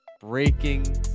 Breaking